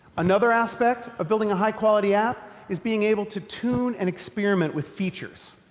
another aspect of building a high-quality app is being able to tune and experiment with features.